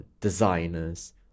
designers